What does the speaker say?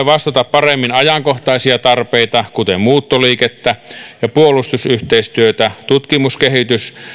vastata paremmin ajankohtaisia tarpeita kuten muuttoliikettä ja puolustusyhteistyötä tutkimus kehitys